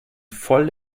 voll